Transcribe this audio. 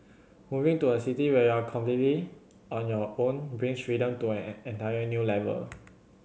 moving to a city where you're completely on your own brings freedom to an entire new level